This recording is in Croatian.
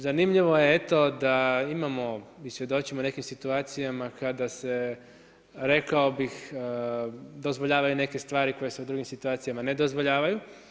Zanimljivo je eto da imamo i svjedočimo nekim situacijama kada se rekao bih dozvoljavaju neke stvari koje se u drugim situacijama ne dozvoljavaju.